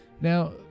Now